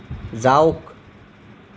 যাওক